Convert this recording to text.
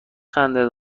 خنده